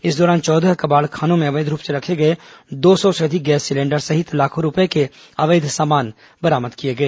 इस दौरान चौदह कबाड़खानों में अवैध रूप से रखे गए दो सौ से अधिक गैस सिलेंडर सहित लाखों रूपये के अवैध सामान बरामद किए गए